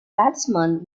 batsman